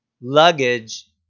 luggage